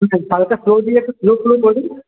আর একটা পুরো খুলে দিন